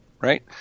right